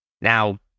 now